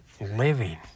living